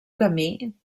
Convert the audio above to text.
camí